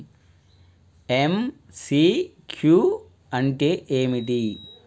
MCQ అంటే ఏమిటి?